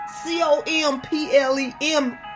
C-O-M-P-L-E-M